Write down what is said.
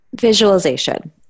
Visualization